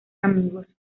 amigos